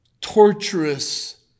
torturous